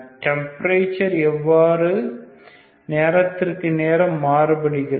temperature எவ்வாறு நேரத்திற்கு நேரம் மாறுபடுகிறது